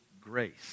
grace